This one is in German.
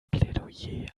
plädoyer